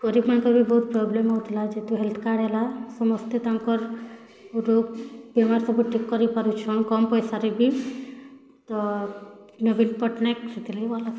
ଗରୀବ୍ ମାନଙ୍କର ବି ବହୁତ୍ ପ୍ରୋବ୍ଲେମ୍ ହଉଥିଲା ଯେହେତୁ ହେଲ୍ଥ୍ କାର୍ଡ଼୍ ହେଲା ସମସ୍ତେ ତାଙ୍କର ରୋଗ୍ ବେମାର୍ ସବୁ ଠିକ୍ କରିପାରୁଛନ୍ କମ୍ ପଇସାରେ ବି ତ ନବୀନ୍ ପଟ୍ଟନାୟକ୍ ସେଥିଲାଗି ଭଲ୍ ଲାଗ୍ସି